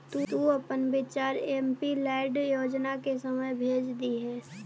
तु अपन विचार एमपीलैड योजना के समय भेज दियह